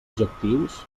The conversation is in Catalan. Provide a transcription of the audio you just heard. objectius